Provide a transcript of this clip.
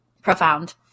Profound